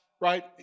right